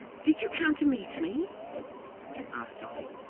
did you come to meet me asked dolly.